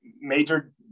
major